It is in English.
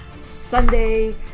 Sunday